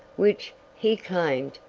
which, he claimed,